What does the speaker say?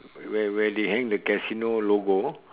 where where they hang the casino logo